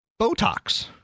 Botox